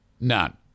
None